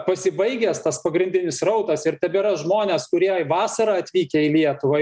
pasibaigęs tas pagrindinis srautas ir tebėra žmonės kurie vasarą atvykę į lietuvai